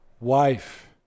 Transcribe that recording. wife